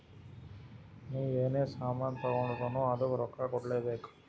ನೀ ಎನೇ ಸಾಮಾನ್ ತಗೊಂಡುರ್ನೂ ಅದ್ದುಕ್ ರೊಕ್ಕಾ ಕೂಡ್ಲೇ ಬೇಕ್